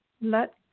Let